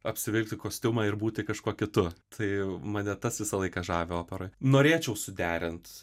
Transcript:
apsivilkti kostiumą ir būti kažkuo kitu tai mane tas visą laiką žavi operoj norėčiau suderint